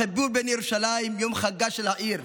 החיבור בין ירושלים, יום חגה של העיר,